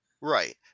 Right